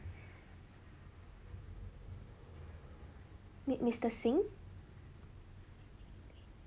mi~ mister singh